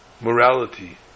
morality